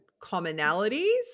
commonalities